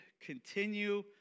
continue